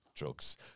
drugs